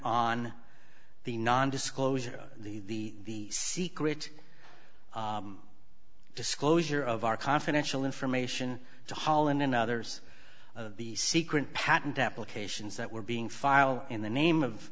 on the non disclosure the secret disclosure of our confidential information to holland and others of the secret patent applications that were being filed in the name of